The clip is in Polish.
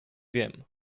wiem